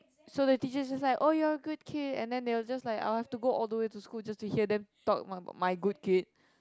so the teachers just like oh you're a good kid and then they will just like I'll have to go all the way to school just to hear them talk my my good kid